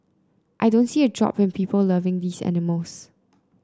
I don't see a drop in people loving these animals